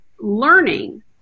learning